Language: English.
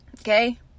Okay